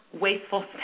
wasteful